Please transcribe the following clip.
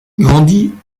grandit